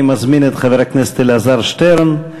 אני מזמין את חבר הכנסת אלעזר שטרן.